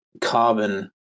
Carbon